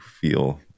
feel